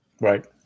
Right